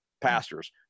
pastors